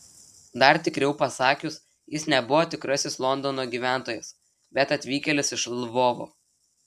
dar tikriau pasakius jis nebuvo tikrasis londono gyventojas bet atvykėlis iš lvovo